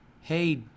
hey